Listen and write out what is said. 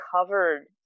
covered